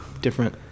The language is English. Different